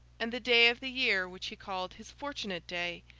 and the day of the year which he called his fortunate day,